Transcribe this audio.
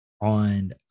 on